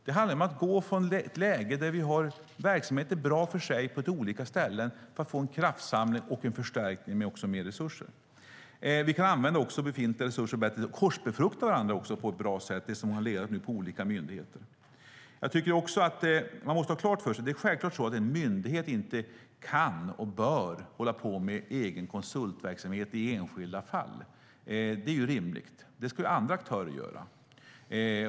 Det handlar om att gå från ett läge där verksamheter är bra för sig på lite olika ställen till att få en kraftsamling och även en förstärkning med mer resurser. Vi kan använda befintliga resurser bättre och låta det som nu har legat på olika myndigheter korsbefrukta varandra på ett bra sätt. Man måste ha klart för sig att en myndighet självfallet inte kan och bör hålla på med egen konsultverksamhet i enskilda fall. Det är rimligt att det är så. Det ska andra aktörer göra.